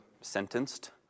sentenced